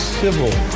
civil